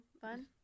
Fun